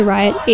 Riot